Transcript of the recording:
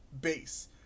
base